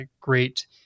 great